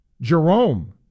Jerome